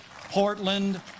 Portland